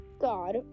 God